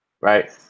Right